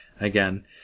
again